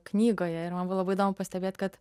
knygoje ir man labai įdomu pastebėt kad